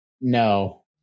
No